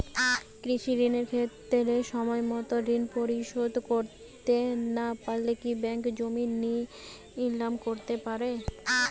কৃষিঋণের ক্ষেত্রে সময়মত ঋণ পরিশোধ করতে না পারলে কি ব্যাঙ্ক জমি নিলাম করতে পারে?